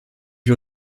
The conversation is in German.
wir